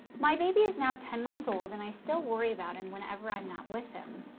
my baby is now ten months old, and i still worry about him whenever i'm not with him.